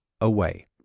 away